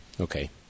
Okay